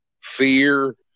fear